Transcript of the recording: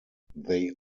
they